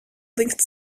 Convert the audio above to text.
linked